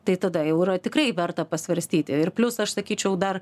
tai tada jau yra tikrai verta pasvarstyti ir plius aš sakyčiau dar